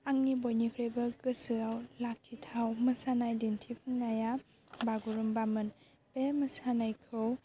आंनि बयनिफ्रायबो गोसोआव लाखिथाव मोसानाय दिन्थिफुंनाया बागुरुमबामोन बे मोसानायखौ